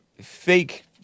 fake